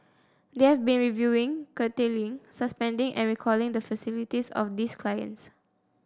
they have been reviewing curtailing suspending and recalling the facilities of these clients